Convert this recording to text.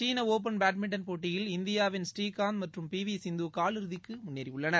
சீன open badminton போட்டியில் இந்தியாவின் ஸ்ரீகாந்த் மற்றும் பி வி சிந்து கால் இறுதிக்கு முன்னேறியுள்ளனர்